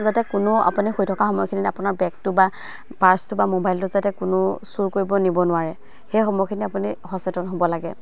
যাতে কোনো আপুনি শুই থকা সময়খিনি আপোনাৰ বেগটো বা পাৰ্চটো বা মোবাইলটো যাতে কোনো চুৰ কৰিব নিব নোৱাৰে সেই সময়খিনি আপুনি সচেতন হ'ব লাগে